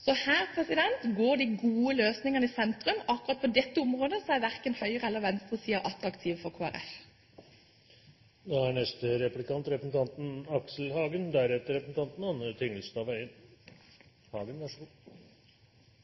så her er de gode løsningene i sentrum. Akkurat på dette området er verken høyresiden eller venstresiden attraktiv for Kristelig Folkeparti. Dette er